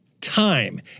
Time